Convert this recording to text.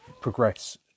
progress